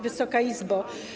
Wysoka Izbo!